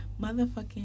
motherfucking